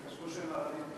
כי חשבו שהם ערבים.